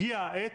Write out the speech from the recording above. הגיעה העת